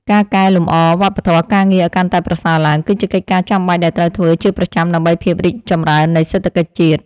ការកែលម្អវប្បធម៌ការងារឱ្យកាន់តែប្រសើរឡើង គឺជាកិច្ចការចាំបាច់ដែលត្រូវធ្វើជាប្រចាំដើម្បីភាពរីកចម្រើននៃសេដ្ឋកិច្ចជាតិ។